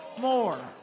more